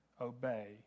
obey